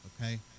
okay